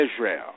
Israel